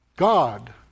God